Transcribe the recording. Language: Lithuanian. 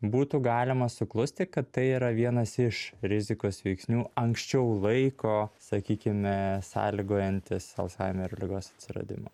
būtų galima suklusti kad tai yra vienas iš rizikos veiksnių anksčiau laiko sakykime sąlygojantis alzhaimerio ligos atsiradimą